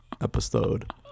Episode